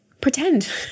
pretend